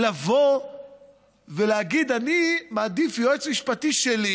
לבוא ולהגיד: אני מעדיף יועץ משפטי שלי,